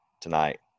tonight